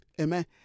amen